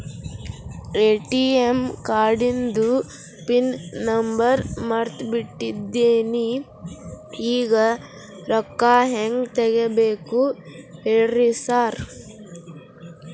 ATM ಕಾರ್ಡಿಂದು PIN number ಮರ್ತ್ ಬಿಟ್ಟಿದೇನಿ ಈಗ ರೊಕ್ಕಾ ಹೆಂಗ್ ತೆಗೆಬೇಕು ಹೇಳ್ರಿ ಸಾರ್